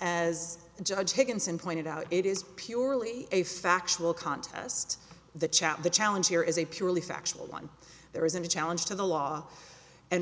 as judge higginson pointed out it is purely a factual contest the chat the challenge here is a purely factual one there isn't a challenge to the law and